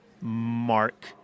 Mark